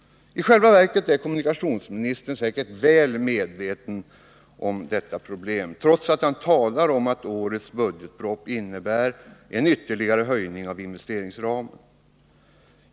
I själva verket är kommunikationsministern säkert väl medveten om detta problem, trots att han talar om att årets budgetproposition innebär en ytterligare höjning av investeringsramen.